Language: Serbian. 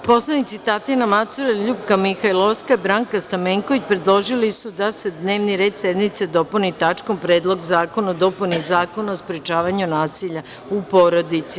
Narodni poslanici Tatjana Macura, LJupka Mihajlovska i Branka Stamenković predložili su da se dnevni red sednice dopuni tačkom – Predlog zakona o dopuni Zakona o sprečavanju nasilja u porodici.